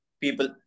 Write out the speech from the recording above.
people